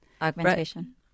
Augmentation